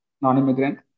non-immigrant